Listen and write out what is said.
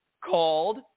called